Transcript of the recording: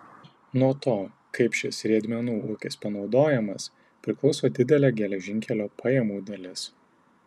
nuo to kaip šis riedmenų ūkis panaudojamas priklauso didelė geležinkelio pajamų dalis